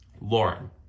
Lauren